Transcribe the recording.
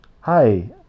Hi